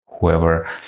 whoever